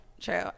True